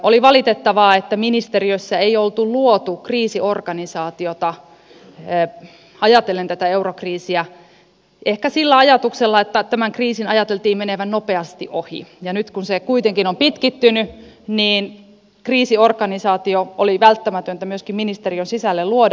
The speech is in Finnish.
oli valitettavaa että ministeriössä ei ollut luotu kriisiorganisaatiota ajatellen tätä eurokriisiä ehkä sillä ajatuksella että tämän kriisin ajateltiin menevän nopeasti ohi ja nyt kun se kuitenkin on pitkittynyt kriisiorganisaatio oli välttämätöntä myöskin ministeriön sisälle luoda